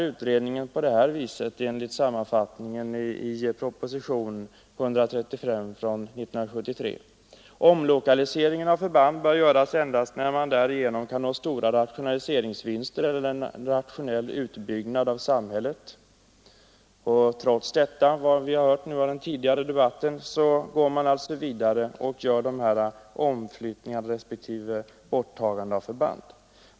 Utredningen uttalar också, enligt sammanfattningen i propositionen 1973:135, att omlokaliseringen av förband bör göras endast när man därigenom kan nå stora rationella vinster eller en rationell utbyggnad av samhället. Trots detta går man, som vi hört tidigare under debatten, vidare och genomför dessa omflyttningar respektive detta borttagande av förband.